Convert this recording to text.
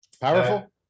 powerful